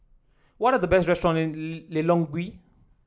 what are the best restaurants in Lilongwe